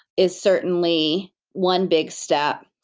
is certainly one big step.